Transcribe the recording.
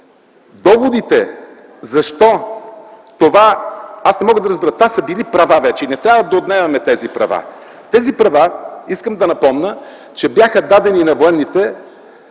това положение. Аз не мога да разбера – това са били права вече и не трябва да отнемаме тези права. Тези права, искам да напомня, бяха дадени на военните